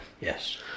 Yes